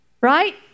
Right